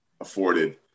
afforded